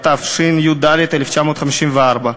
התשי"ד 1954,